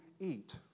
eat